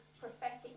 Prophetic